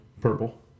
purple